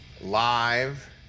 live